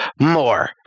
more